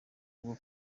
ubwo